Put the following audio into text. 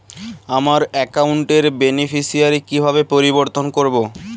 আমার অ্যাকাউন্ট র বেনিফিসিয়ারি কিভাবে পরিবর্তন করবো?